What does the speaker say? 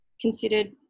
considered